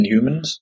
Inhumans